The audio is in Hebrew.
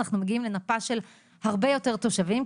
אנחנו מגיעים פה לנפה של הרבה יותר תושבים,